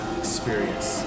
experience